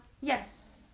Yes